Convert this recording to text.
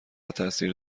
تاثیر